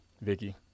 Vicky